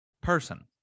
person